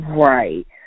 Right